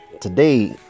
Today